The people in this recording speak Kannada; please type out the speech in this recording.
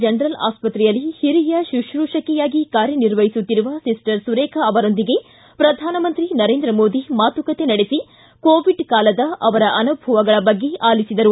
ಜನರಲ್ ಆಸ್ವತ್ರೆಯಲ್ಲಿ ಹಿರಿಯ ಶುಶ್ರೂಶಕಿಯಾಗಿ ಕಾರ್ಯನಿರ್ವಹಿಸುತ್ತಿರುವ ಸಿಸ್ಟರ್ ಸುರೇಖಾ ಅವರೊಂದಿಗೆ ಪ್ರಧಾನಮಂತ್ರಿ ನರೇಂದ್ರ ಮೋದಿ ಮಾತುಕತೆ ನಡೆಸಿ ಕೋವಿಡ್ ಕಾಲದ ಅವರ ಅನುಭವಗಳ ಬಗ್ಗೆ ಆಲಿಸಿದರು